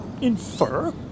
Infer